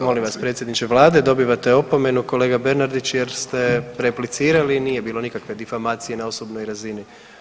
molim vas predsjedniče Vlade, dobivate opomenu kolega Bernardić jer ste replicirali i nije bilo nikakve difamacije na osobnoj razini.